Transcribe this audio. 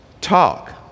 talk